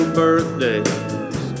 birthdays